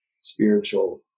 spiritual